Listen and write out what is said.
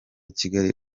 kigali